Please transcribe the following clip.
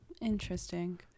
Interesting